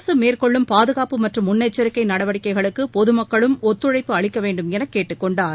அரசு மேற்கொள்ளும் பாதுகாப்பு மற்றும் முன்னெச்சரிக்கை நடவடிக்கைகளுக்கு பொது மக்களும் ஒத்துழைப்பு அளிக்க வேண்டுமென கேட்டுக்கொண்டார்